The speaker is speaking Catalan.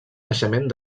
naixement